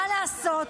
מה לעשות?